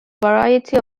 variety